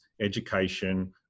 education